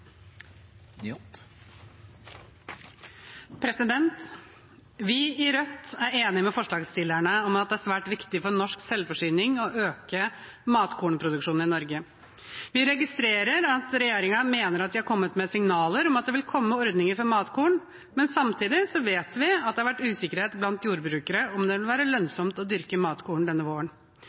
svært viktig for norsk selvforsyning å øke matkornproduksjonen i Norge. Vi registrerer at regjeringen mener de har kommet med signaler om at det vil komme ordninger for matkorn, men samtidig vet vi at det har vært usikkerhet blant jordbrukere om det vil være lønnsomt å dyrke matkorn denne våren.